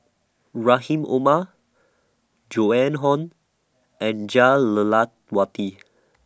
Rahim Omar Joan Hon and Jah Lelawati